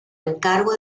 encargo